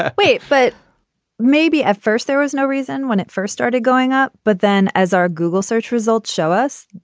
ah wait. but maybe at first there was no reason when it first started going up. but then as our google search results show us,